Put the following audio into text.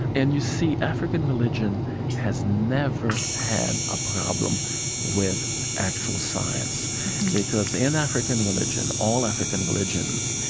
and you see, african religion has never had a problem with actual science because in african religion, all african religions,